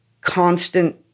constant